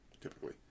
typically